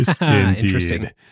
indeed